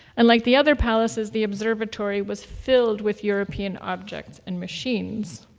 and like the other palaces, the observatory was filled with european objects and machines.